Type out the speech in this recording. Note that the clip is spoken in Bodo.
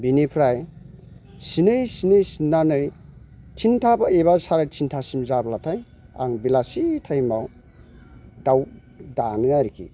बिनिफ्राइ सिनै सिनै सिन्नानै थिनथा एबा साराइ थिनथासिम जाब्लाथाय आं बेलासि टाइमाव दाउ दानो आरोखि